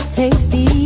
tasty